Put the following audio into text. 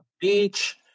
beach